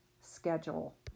schedule